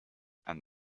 and